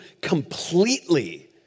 completely